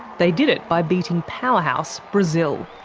they did it by beating powerhouse brazil.